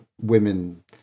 women